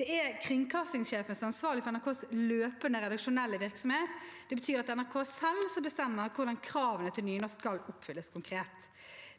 Det er kringkastingssjefen som er ansvarlig for NRKs løpende redaksjonelle virksomhet. Det betyr at det er NRK selv som bestemmer hvordan kravene til nynorsk konkret skal oppfylles.